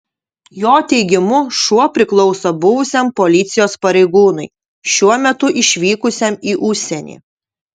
jo teigimu šuo priklauso buvusiam policijos pareigūnui šiuo metu išvykusiam į užsienį